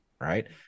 Right